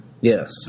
Yes